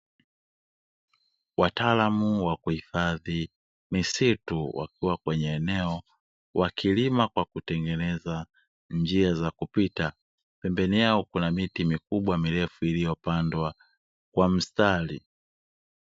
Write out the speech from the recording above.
Watalamu wa kuhifadhi misitu wakihifadhi